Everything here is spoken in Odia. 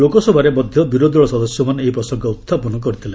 ଲୋକସଭାରେ ମଧ୍ୟ ବିରୋଧୀ ଦଳ ସଦସ୍ୟମାନେ ଏହି ପ୍ରସଙ୍ଗ ଉହ୍ଚାପନ କରିଥିଲେ